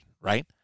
right